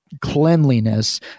cleanliness